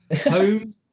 Home